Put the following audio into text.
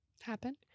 happen